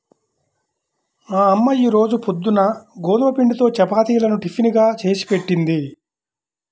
మా అమ్మ ఈ రోజు పొద్దున్న గోధుమ పిండితో చపాతీలను టిఫిన్ గా చేసిపెట్టింది